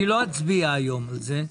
אני לא אצביע היום על זה.